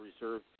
Reserve